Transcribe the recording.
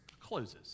closes